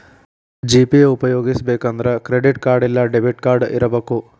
GPay ಉಪ್ಯೊಗಸ್ಬೆಕಂದ್ರ credit card ಇಲ್ಲಾ debit card ಇರಬಕು